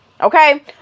Okay